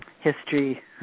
history